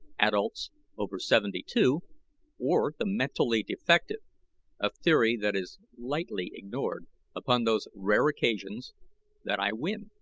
adults over seventy-two or the mentally defective a theory that is lightly ignored upon those rare occasions that i win.